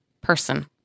person